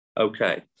Okay